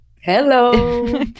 Hello